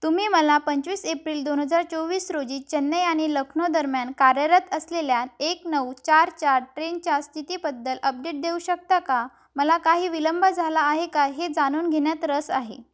तुम्ही मला पंचवीस एप्रिल दोन हजार चोवीस रोजी चेन्नई आणि लखनौ दरम्यान कार्यरत असलेल्या एक नऊ चार चार ट्रेनच्या स्थितीबद्दल अपडेट देऊ शकता का मला काही विलंब झाला आहे का हे जाणून घेण्यात रस आहे